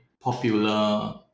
popular